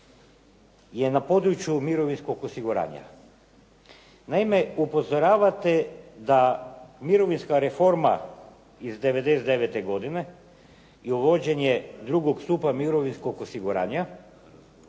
je na području mirovinskog osiguranja. Naime, upozoravate da mirovinska reforma iz '99.-te godine i uvođenje drugog stupnja mirovinskog osiguranja